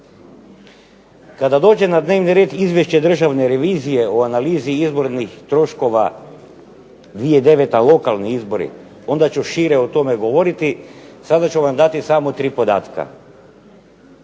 Kada dođe na dnevni red izvješće Državne revizije o analizi izbornih troškova 2009. lokalni izbori onda ću šire o tome govoriti, sada ću vam dati samo tri podatka.